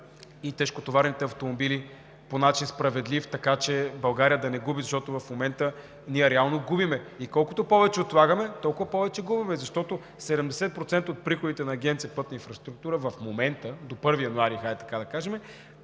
и тежкотоварните автомобили по справедлив начин, така че България да не губи. В момента реално губим. И колкото повече отлагаме, толкова повече губим, защото 70% от приходите на Агенция „Пътна инфраструктура“ в момента – до 1 януари, хайде така да кажем,